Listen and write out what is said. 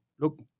look